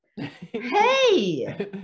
Hey